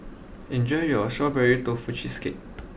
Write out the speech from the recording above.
enjoy your Strawberry Tofu Cheesecake